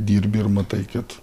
dirbi ir matai kad